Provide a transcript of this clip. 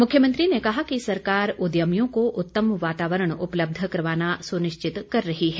मुख्यमंत्री ने कहा कि सरकार उद्यमियों को उत्तम वातावरण उपलब्ध करवाना सुनिश्चित कर रही है